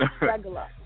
regular